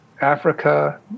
Africa